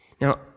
Now